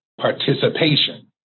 participation